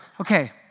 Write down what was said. Okay